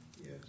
Yes